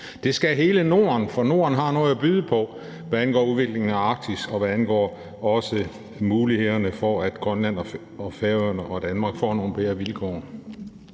Det skal hele Norden, for Norden har noget at byde på, hvad angår udviklingen af Arktis, og også hvad angår mulighederne for, at Grønland og Færøerne og Danmark får nogle bedre vilkår.